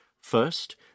First